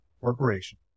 corporation